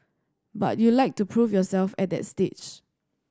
but you'd like to prove yourself at that stage